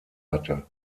hatte